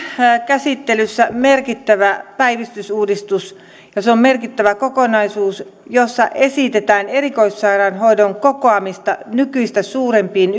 käsittelyssä merkittävä päivystysuudistus ja se on merkittävä kokonaisuus jossa esitetään erikoissairaanhoidon kokoamista nykyistä suurempiin